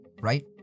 Right